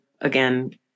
again